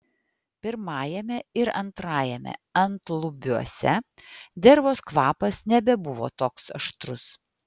pirmajame ir antrajame antlubiuose dervos kvapas nebebuvo toks aštrus